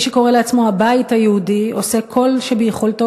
מי שקורא לעצמו "הבית היהודי" עושה כל שביכולתו